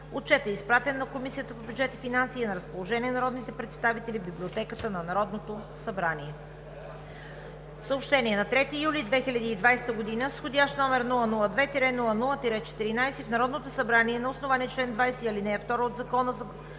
Отчетът е изпратен на Комисията по бюджет и финанси и е на разположение на народните представители в Библиотеката на Народното събрание.